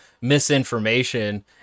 misinformation